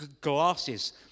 glasses